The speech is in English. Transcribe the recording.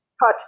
cut